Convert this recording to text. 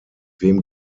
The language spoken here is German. wem